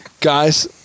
guys